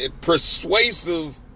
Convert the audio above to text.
persuasive